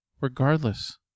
Regardless